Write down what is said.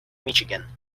michigan